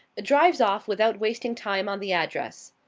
drives off without wasting time on the address.